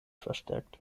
verstärkt